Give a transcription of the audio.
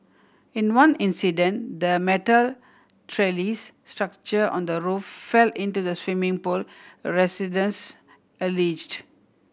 in one incident the metal trellis structure on the roof fell into the swimming pool residents alleged